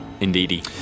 Indeedy